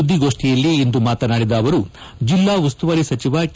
ಸುದ್ದಿಗೋಡ್ಡಿಯಲ್ಲಿಂದು ಮಾತನಾಡಿದ ಅವರು ಜಿಲ್ಲಾ ಉಸ್ತುವಾರಿ ಸಚಿವ ಕೆ